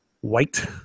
White